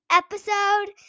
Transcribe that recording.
episode